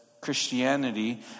Christianity